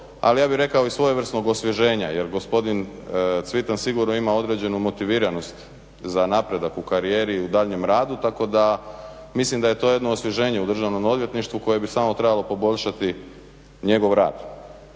ali ja bih rekao i svojevrsnog osvježenja jer gospodin Cvitan sigurno ima određenu motiviranost za napredak u karijeri i u daljnjem radu tako da mislim da je to jedno osvježenje u Državnom odvjetništvu koje bi samo trebalo poboljšati njegov rad.